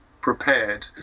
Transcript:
prepared